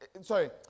sorry